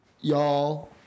y'all